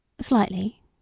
Slightly